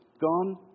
gone